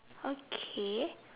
okay